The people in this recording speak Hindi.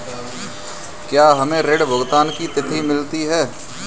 क्या हमें ऋण भुगतान की तिथि मिलती है?